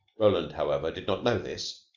roland, however, did not know this,